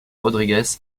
rodrigues